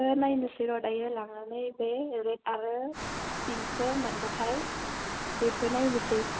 हो नायनोसैर' दायो लांनानै बे रेड आरो पिंकखो मोनब्लाथाय बेखौ नायनोसै